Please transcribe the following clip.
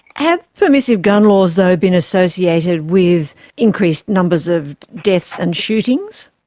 have permissive gun laws though been associated with increased numbers of deaths and shootings?